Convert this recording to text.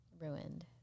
Ruined